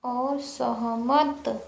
असहमत